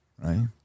right